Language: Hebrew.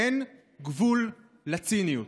אין גבול לציניות.